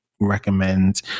recommend